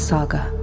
Saga